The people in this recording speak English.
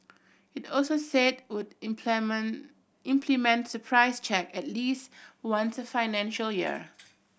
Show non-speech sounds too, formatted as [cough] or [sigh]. it also said would [unintelligible] implement surprise check at least once a financial year